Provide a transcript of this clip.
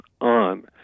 on